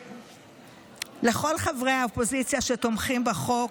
לכל חברי האופוזיציה שתומכים בחוק,